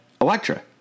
Electra